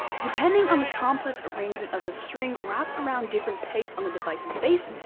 depending on the complex arrangement of the string wrapped around different pegs on the device's base,